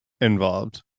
involved